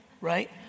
Right